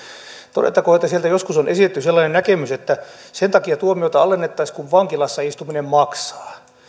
todettakoon että sieltä joskus on esitetty sellainen näkemys että sen takia tuomioita alennettaisiin että vankilassa istuminen maksaa